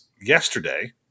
yesterday